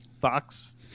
Fox